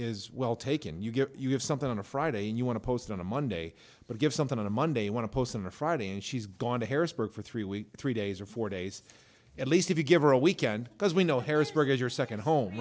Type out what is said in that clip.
is well taken you get you have something on a friday and you want to post on a monday but give something on a monday want to post on a friday and she's gone to harrisburg for three weeks three days or four days at least if you give her a weekend because we know harrisburg is your second home